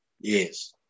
Yes